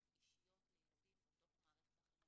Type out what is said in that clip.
אישיות לילדים בתוך מערכת החינוך.